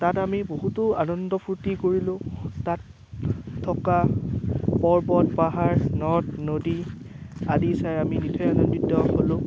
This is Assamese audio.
তাত আমি বহুতো আনন্দ ফূৰ্তি কৰিলোঁ তাত থকা পৰ্বত পাহাৰ নদ নদী আদি চাই আমি নথৈ আনন্দিত হ'লোঁ